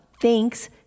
Thanks